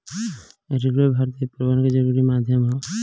railway भारतीय परिवहन के जरुरी माध्यम ह